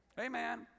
Amen